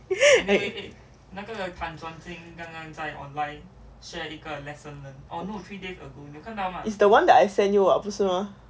is the one I send you what 不是吗